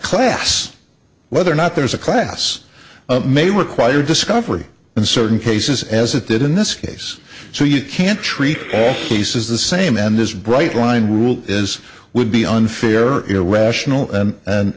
class whether or not there is a class may require discovery in certain cases as it did in this case so you can't treat all cases the same and as bright line rule is would be unfair irrational and